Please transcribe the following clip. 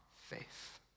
faith